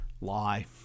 Lie